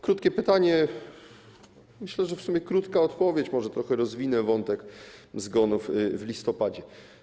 Krótkie pytanie i myślę, że w sumie będzie krótka odpowiedź, może trochę rozwinę wątek zgonów w listopadzie.